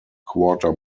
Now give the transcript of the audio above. quarter